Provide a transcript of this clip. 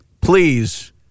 Please